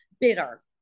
bitter